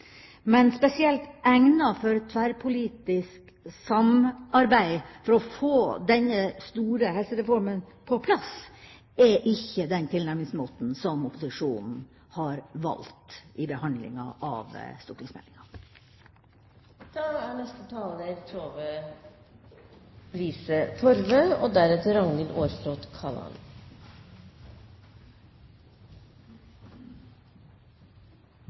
Men spesielt egnet for tverrpolitisk samarbeid for å få denne store helsereformen på plass er ikke den tilnærmingsmåten som opposisjonen har valgt i behandlinga av stortingsmeldinga. For å møte økningen av livsstilssykdommer i befolkningen og